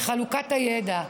בחלוקת הידע.